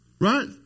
right